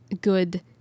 good